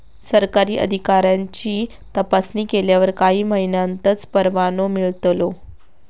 सरकारी अधिकाऱ्यांची तपासणी केल्यावर काही महिन्यांतच परवानो मिळतलो